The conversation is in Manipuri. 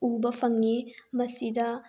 ꯎꯕ ꯐꯪꯉꯤ ꯃꯁꯤꯗ